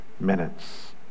minutes